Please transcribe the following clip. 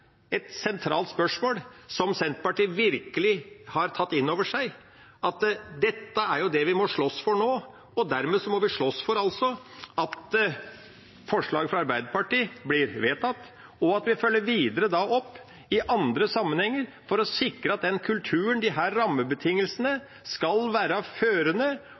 et sentralt spørsmål som Senterpartiet virkelig har tatt innover seg, at dette er det vi må slåss for nå. Dermed må vi slåss for at forslaget fra Arbeiderpartiet blir vedtatt, og at vi følger videre opp i andre sammenhenger for å sikre at den kulturen, disse rammebetingelsene, skal være førende.